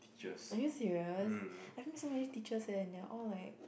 are you serious I knew so many teachers eh and they are all like